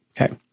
Okay